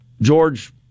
George